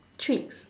treat